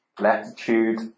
latitude